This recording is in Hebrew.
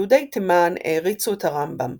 יהודי תימן העריצו את הרמב"ם